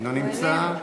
אינו נמצא,